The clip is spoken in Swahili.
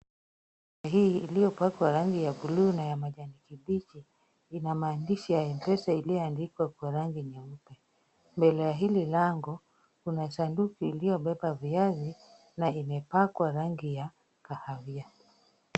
Duka hii iliyopakwa rangi ya buluu na ya majani kibichi, inamaandishi ya M-Pesa iliyoandika kwa rangi nyeupe. Mbele ya hili lango kuna sanduku iliyobeba viazi, na imepakwa rangi ya kahawia.